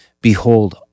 Behold